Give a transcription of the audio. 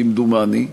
כמדומני,